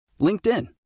LinkedIn